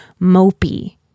mopey